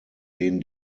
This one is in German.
denen